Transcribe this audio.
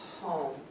home